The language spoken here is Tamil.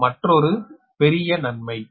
இது மற்றொரு பெரிய நன்மை